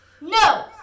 No